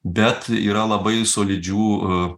bet yra labai solidžių